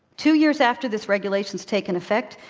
two years after this regulation has taken effect,